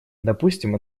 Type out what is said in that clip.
допустим